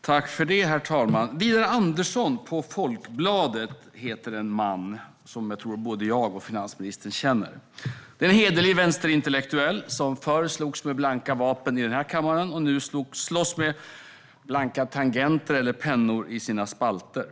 Herr talman! Widar Andersson heter en man på Folkbladet som jag tror att både jag och finansministern känner. Det är en hederlig vänsterintellektuell som förr slogs med blanka vapen i den här kammaren och nu slåss med blanka tangenter eller pennor i sina spalter.